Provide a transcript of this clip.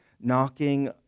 knocking